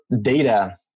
data